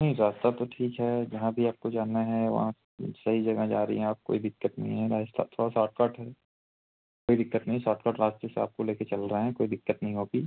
नहीं रास्ता तो ठीक है और जहाँ भी आपको जाना है वहाँ पर सही जगह जा रही हैं आप कोई दिक्कत नई है रास्ता थोड़ा सॉट कट है कोई दिक्कत नहीं सॉर्ट कट रास्ते से आपको लेके चल रए हैं कोई दिक्कत नहीं होगी